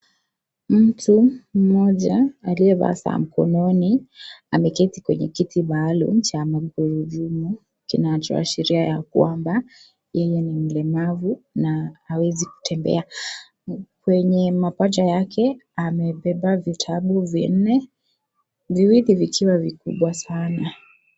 Mtu mmoja aliyevaa saa mkononi ameketi kwenye kiti maalum cha magurudumu kunachoashiria ya kwamba yeye ni mlemavu na hawezii kutembea . Kwenye mapacha yake amebeba vitabu vinne, viwili vikiwa kubwa sana.